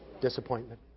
Disappointment